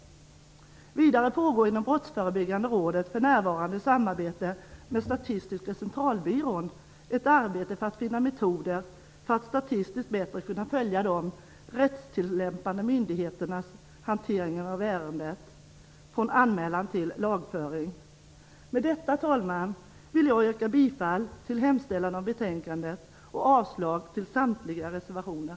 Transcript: Vidare pågår inom Brottsförebyggande rådet i samarbete med Statistiska centralbyrån ett arbete för att finna metoder för att statistiskt bättre kunna följa de rättstillämpande myndigheternas hantering av ett ärende från anmälan till lagföring. Herr talman! Med detta vill jag yrka bifall till utskottets hemställan i betänkandet och avslag på samtliga reservationer.